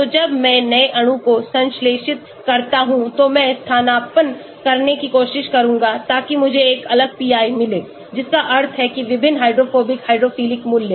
तो जब मैं नए अणुओं को संश्लेषित करता हूं तो मैं स्थानापन्न करने की कोशिश करूंगा ताकि मुझे एक अलग pi मिले जिसका अर्थ है कि विभिन्न हाइड्रोफोबिक हाइड्रोफिलिक मूल्य